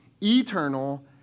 Eternal